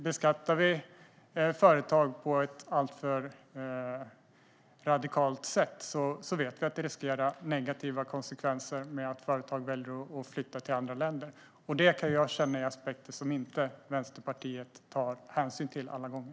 Beskattar vi företag på ett alltför radikalt sätt vet vi att det riskerar att få negativa konsekvenser, till exempel att företag väljer att flytta till andra länder. Det kan jag känna är aspekter som Vänsterpartiet inte tar hänsyn till alla gånger.